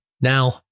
Now